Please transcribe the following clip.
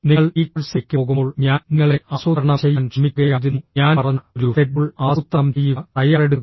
നിങ്ങൾ ഈ കോഴ്സിലേക്ക് പോകുമ്പോൾ ഞാൻ നിങ്ങളെ ആസൂത്രണം ചെയ്യാൻ ശ്രമിക്കുകയായിരുന്നു ഞാൻ പറഞ്ഞ ഒരു ഷെഡ്യൂൾ ആസൂത്രണം ചെയ്യുക തയ്യാറെടുക്കുക